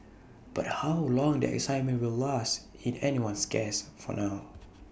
but how long the excitement will last in anyone's guess for now